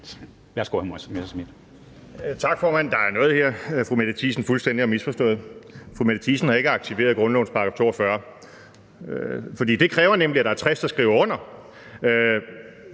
Tak, formand. Der er noget her, fru Mette Thiesen fuldstændig har misforstået. Fru Mette Thiesen har ikke aktiveret grundlovens § 42, for det kræver nemlig, at der er 60, der skriver under.